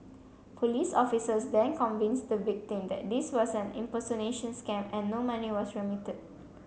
police officers then convinced the victim that this was an impersonation scam and no money was remitted